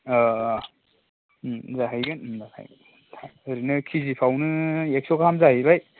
अ अ उम जाहैगोन होमबालाय ओरैनो केजिफ्रावनो एकस' गाहाम जाहैबाय